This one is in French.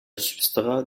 substrat